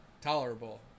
tolerable